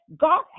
God